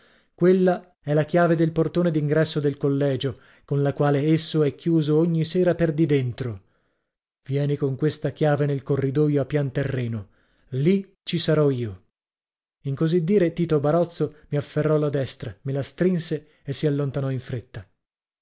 quella è la chiave del portone d'ingresso del collegio con la quale esso è chiuso ogni sera per di dentro vieni con questa chiave nel corridoio a pian terreno lì ci sarò io in così dire tito barozzo mi afferrò la destra me la strinse e si allontanò in fretta